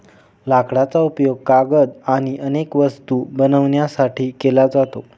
लाकडाचा उपयोग कागद आणि अनेक वस्तू बनवण्यासाठी केला जातो